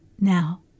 Now